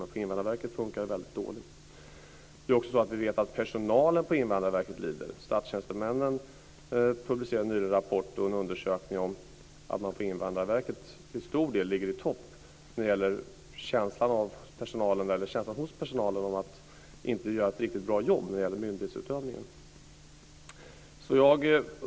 Men på Invandrarverket funkar det väldigt dåligt. Vi vet också att personalen på Invandrarverket lider. Statstjänstemännen publicerade nyligen en rapport och en undersökning där det framkom att Invandrarverket i många delar ligger i topp när det gäller personalens känsla av att inte göra ett riktigt bra jobb när det gäller myndighetsutövningen.